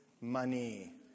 money